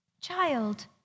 Child